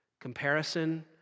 Comparison